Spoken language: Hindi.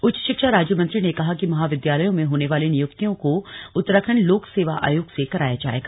उच्च शिक्षा राज्यमंत्री ने कहा कि महाविद्यालयों में होने वाली नियुक्तियों को उत्तराखण्ड लोक सेवा आयोग से कराया जाएगा